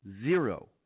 zero